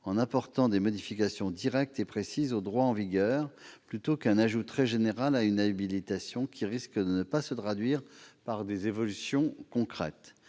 s'en tenir à ces modifications directes et précises au droit en vigueur, plutôt que d'apporter un ajout très général à une habilitation, lequel risque de ne pas se traduire par des évolutions concrètes.